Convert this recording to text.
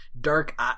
dark